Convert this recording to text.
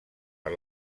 per